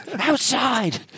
outside